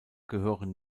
gehören